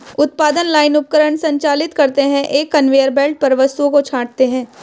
उत्पादन लाइन उपकरण संचालित करते हैं, एक कन्वेयर बेल्ट पर वस्तुओं को छांटते हैं